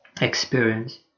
experience